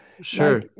Sure